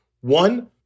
One